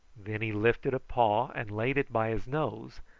then he lifted a paw and laid it by his nose,